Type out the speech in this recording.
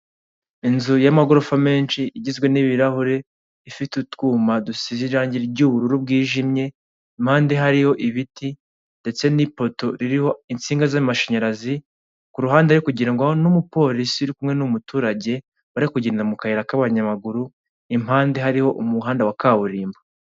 Inzu y'amagorofa menshi igizwe n'ibirahure ifite utwuma dusize irangi ry'ubururu bwijimye mpande hariyo ibiti ndetse n'ipoto ririho insinga z'amashanyarazi kuruhande kugira hariho n'umupolisi kumwe n'umuturage wari kugenda mu kayira k'abanyamaguru impande hariho umuhanda wa kaburimbo.